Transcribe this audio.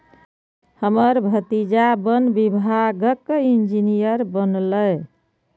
हमर भतीजा वन विभागक इंजीनियर बनलैए